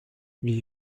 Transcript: wie